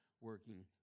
working